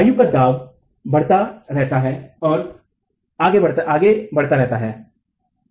वायु का दबाव बढ़ता रहता है और आगे बढ़ता रहता है